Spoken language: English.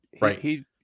right